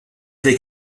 they